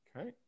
Okay